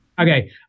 Okay